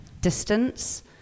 distance